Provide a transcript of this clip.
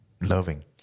loving